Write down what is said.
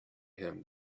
him